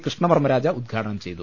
കൃഷ്ണവർമരാജ ഉദ്ഘാടനം ചെയ്തു